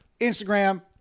Instagram